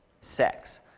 sex